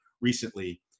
recently